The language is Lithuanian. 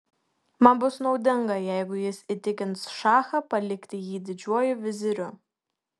man bus naudinga jeigu jis įtikins šachą palikti jį didžiuoju viziriu